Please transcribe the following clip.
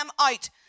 out